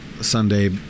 Sunday